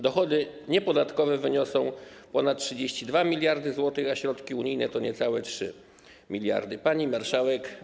Dochody niepodatkowe wyniosą ponad 32 mld zł, a środki unijne to niecałe 3 mld. Pani Marszałek!